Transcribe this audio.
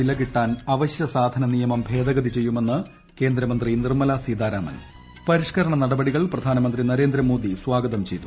വില കിട്ടാൻ അവശ്യസാധന നിയമം ഭേദഗതി ചെയ്യുമെന്ന് കേന്ദ്ര മന്ത്രി നിർമ്മലാ സീതാരാമൻ പരിഷ്കരണ നടപടി കൾ പ്രധാനമന്ത്രി നരേന്ദ്ര മോദി സ്കാർഗ്ഗതം ചെയ്തു